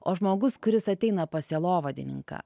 o žmogus kuris ateina pas sielovadininką